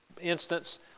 instance